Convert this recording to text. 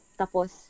tapos